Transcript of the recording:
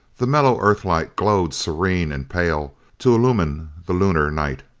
the mellow earthlight glowed serene and pale to illumine the lunar night.